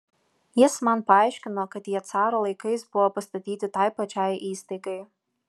jis man paaiškino kad jie caro laikais buvo pastatyti tai pačiai įstaigai